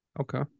Okay